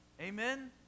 Amen